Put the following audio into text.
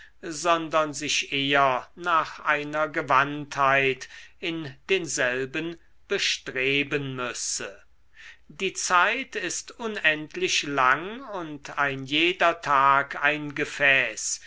sondern sich eher nach einer gewandtheit in denselben bestreben müsse die zeit ist unendlich lang und ein jeder tag ein gefäß